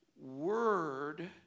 word